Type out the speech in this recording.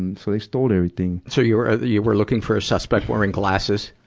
and so they stole everything. so you're, ah, you were looking for a suspect wearing glasses.